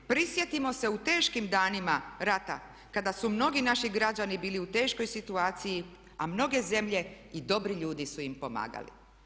Prisjetimo se u teškim danima rata kada su mnogi naši građani bili u teškoj situaciji a mnoge zemlje i dobri ljudi su im pomagali.